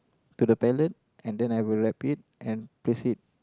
to the palette and then I will wrap it and place it